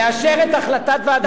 לאשר את החלטת ועדת הכספים לבטל.